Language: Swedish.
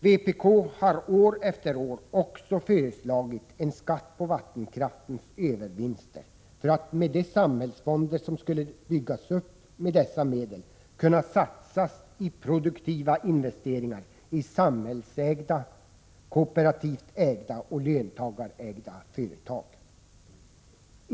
Vpk har år efter år också föreslagit en skatt på vattenkraftens övervinster för att med de samhällsfonder som skulle byggas upp med dessa medel kunna satsa i produktiva investeringar i samhällsägda, kooperativt ägda och löntagarägda företag.